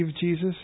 Jesus